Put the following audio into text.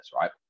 right